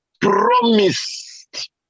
promised